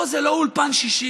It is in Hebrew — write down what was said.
פה זה לא אולפן שישי,